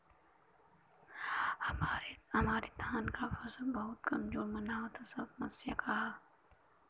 हमरे धान क फसल बहुत कमजोर मनावत ह समस्या का ह?